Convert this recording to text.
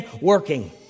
working